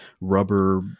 rubber